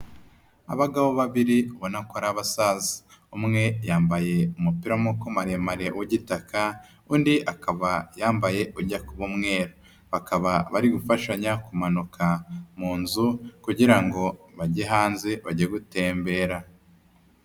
Abagabo babiri ubona ko ari abasaza, umwe yambaye umupira w'amaboko maremare w'igitaka, undi akaba yambaye ujya kuba umweru. Bakaba bari gufashanya kumanuka mu nzu kugira ngo bajye hanze bajye gutembera.